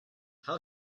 how